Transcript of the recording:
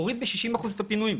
זה הוריד ב-60% את הפינויים.